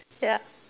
ya